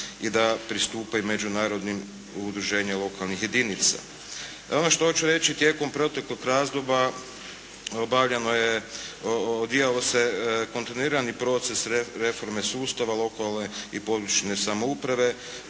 i da pristupe i međunarodnim udruženje lokalnih jedinica. Ono što ću reći tijekom proteklog razdoblja obavljeno je, odvijalo se kontinuirani proces reforme sustava lokalne i područne samouprave.